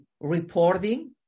reporting